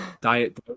diet